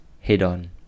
head-on